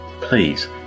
Please